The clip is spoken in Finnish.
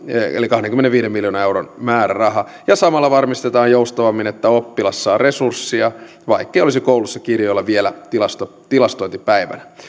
eli kahdenkymmenenviiden miljoonan euron määräraha ja samalla varmistetaan joustavammin että oppilas saa resurssia vaikkei olisi koulussa kirjoilla vielä tilastointipäivänä